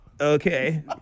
okay